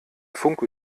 funke